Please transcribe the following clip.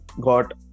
got